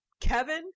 Kevin